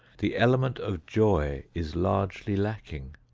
the element of joy is largely lacking.